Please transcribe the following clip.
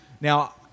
Now